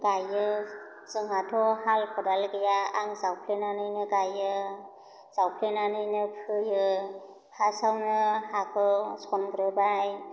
गायो जोंहाथ' हाल खदाल गैया आं जावफ्लेनानैनो गायो जावफ्लेनानैनो फोयो फार्सआवनो हाखौ सनग्रोबाय